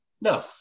No